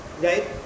Right